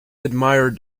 admired